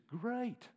great